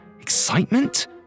Excitement